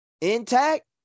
intact